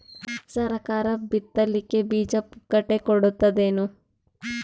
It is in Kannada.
ಸರಕಾರ ಬಿತ್ ಲಿಕ್ಕೆ ಬೀಜ ಪುಕ್ಕಟೆ ಕೊಡತದೇನು?